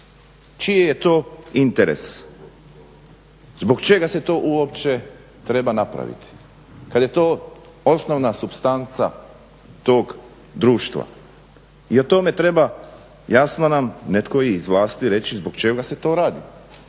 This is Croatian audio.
Čiji je to interes, zbog čega se to uopće treba napraviti kad je to osnovna supstanca tog društva i o tome treba jasno nam netko i iz vlasti reći zbog čega se to radi,